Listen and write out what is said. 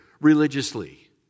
religiously